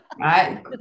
right